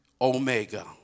Omega